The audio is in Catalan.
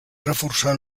reforçar